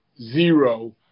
zero